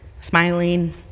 smiling